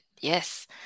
yes